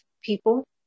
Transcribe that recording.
people